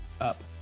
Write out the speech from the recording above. up